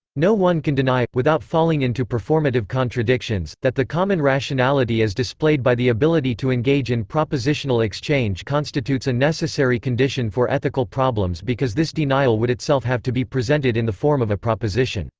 no one can deny, without falling into performative contradictions, that the common rationality as displayed by the ability to engage in propositional exchange constitutes a necessary condition for ethical problems because this denial would itself have to be presented in the form of a proposition.